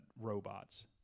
robots